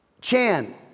Chan